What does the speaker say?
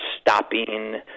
stopping